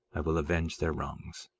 i will avenge their wrongs.